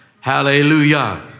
Hallelujah